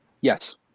Yes